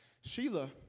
Sheila